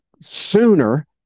sooner